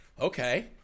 okay